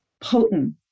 potent